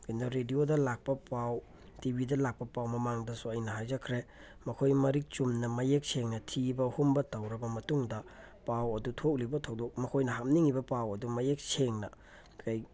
ꯀꯩꯅꯣ ꯔꯦꯗꯤꯑꯣꯗ ꯂꯥꯛꯄ ꯄꯥꯎ ꯇꯤ ꯕꯤꯗ ꯂꯥꯛꯄ ꯄꯥꯎ ꯃꯃꯥꯡꯗꯁꯨ ꯑꯩꯅ ꯍꯥꯏꯖꯈ꯭ꯔꯦ ꯃꯈꯣꯏ ꯃꯔꯤꯛ ꯆꯨꯝꯅ ꯃꯌꯦꯛ ꯁꯦꯡꯅ ꯊꯤꯕ ꯍꯨꯝꯕ ꯇꯧꯔꯕ ꯃꯇꯨꯡꯗ ꯄꯥꯎ ꯑꯗꯨ ꯊꯣꯛꯂꯤꯕ ꯊꯧꯗꯣꯛ ꯃꯈꯣꯏꯅ ꯍꯥꯞꯅꯤꯡꯉꯤꯕ ꯄꯥꯎ ꯑꯗꯨ ꯃꯌꯦꯛ ꯁꯦꯡꯅ ꯀꯩ